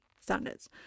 standards